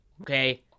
Okay